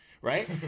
Right